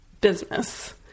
Business